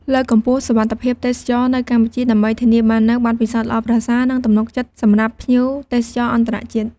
លើកកម្ពស់ សុវត្ថិភាពទេសចរណ៍នៅកម្ពុជា ដើម្បីធានាបាននូវបទពិសោធន៍ល្អប្រសើរ និងទំនុកចិត្តខ្ពស់សម្រាប់ភ្ញៀវទេសចរអន្តរជាតិ។